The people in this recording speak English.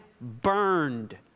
burned